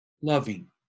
loving